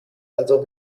also